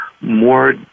more